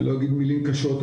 אני לא אגיד מילים קשות,